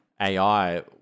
AI